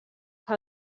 haw